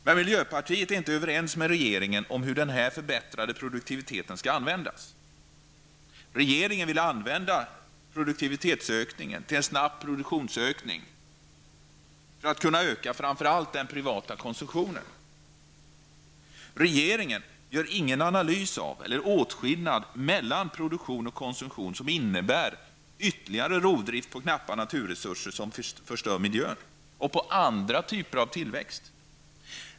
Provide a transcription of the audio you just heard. Men miljöpartiet är inte överens med regeringen om hur den förbättrade produktiviteten skall användas. Regeringen vill använda produktivitetsökningen till en snabb produktionsökning för att kunna öka framför allt den privata konsumtionen. Regeringen gör ingen analys av eller åtskillnad mellan en produktion som innebär ytterligare rovdrift på knappa naturresurser som förstör miljön och på andra typer av tillväxt.